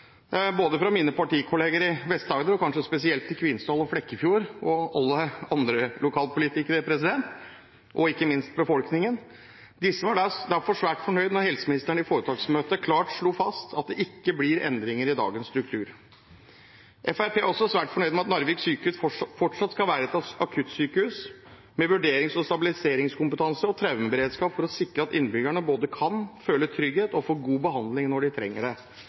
både blant mine partikolleger i Vest-Agder og kanskje spesielt i Kvinesdal og Flekkefjord, blant alle andre lokalpolitikere og ikke minst i befolkningen. Disse var derfor svært fornøyd da helseministeren i foretaksmøtet klart slo fast at det ikke blir endringer i dagens struktur. Fremskrittspartiet er også svært fornøyd med at Narvik sykehus fortsatt skal være et akuttsykehus med vurderings- og stabiliseringskompetanse og traumeberedskap, for å sikre at innbyggerne både kan føle trygghet og få god behandling når de trenger det.